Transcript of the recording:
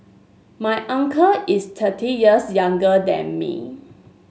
my uncle is thirty years younger than me